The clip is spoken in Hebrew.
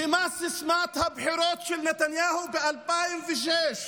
ומה סיסמת הבחירות של נתניהו ב-2006?